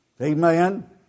Amen